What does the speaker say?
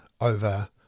over